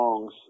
songs